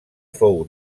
fou